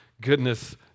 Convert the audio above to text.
goodness